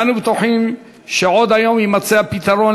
ואנו בטוחים שעוד היום יימצא הפתרון